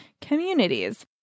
communities